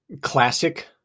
Classic